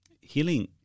Healing